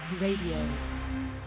Radio